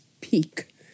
peak